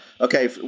Okay